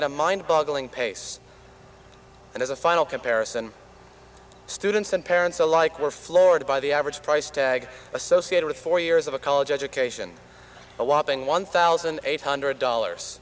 at a mind boggling pace and as a final comparison students and parents alike were floored by the average price tag associated with four years of a college education a whopping one thousand eight hundred dollars